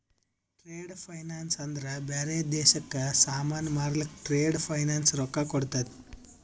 trade finance ಅಂದ್ರ ಬ್ಯಾರೆ ದೇಶಕ್ಕ ಸಾಮಾನ್ ಮಾರ್ಲಕ್ ಟ್ರೇಡ್ ಫೈನಾನ್ಸ್ ರೊಕ್ಕಾ ಕೋಡ್ತುದ್